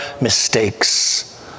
mistakes